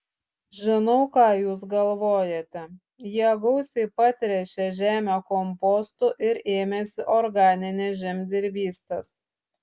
žinau ką jūs galvojate jie gausiai patręšė žemę kompostu ir ėmėsi organinės žemdirbystės